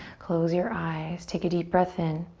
close your eyes. take a deep breath in.